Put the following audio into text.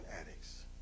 addicts